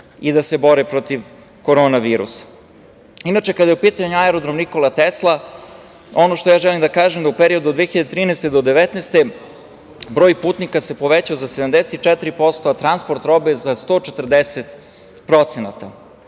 i da se bore protiv korona virusa. Kada je u pitanju aerodrom „Nikola Tesla“, ono što ja želim da kažem je da se u periodu od 2013. do 2019. godine broj putnika povećao za 74%, a transport robe za 140%. Inače,